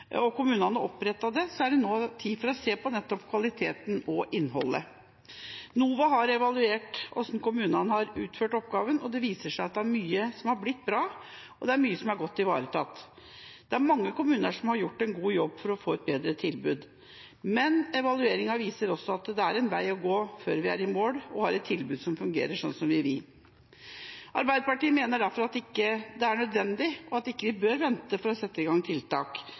og kommunene opprettet det, er det nå tid for å se på nettopp kvaliteten og innholdet. NOVA har evaluert hvordan kommunene har utført oppgaven, og det viser seg at det er mye som er blitt bra, og mye som er godt ivaretatt. Det er mange kommuner som har gjort en god jobb for å få et bedre tilbud, men evalueringa viser også at det er en vei å gå før vi er i mål og har et tilbud som fungerer slik vi vil. Arbeiderpartiet mener derfor at vi ikke bør vente med å sette i gang tiltak.